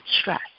stress